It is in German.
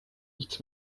nichts